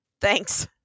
Thanks